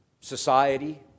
society